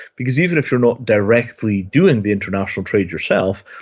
because even if you're not directly doing the international trade yourself,